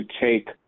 take